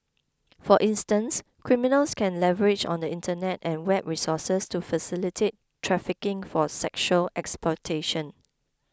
for instance criminals can leverage on the Internet and web resources to facilitate trafficking for sexual exportation